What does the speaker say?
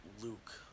Luke